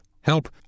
Help